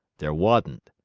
there wa'n't.